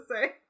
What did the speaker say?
say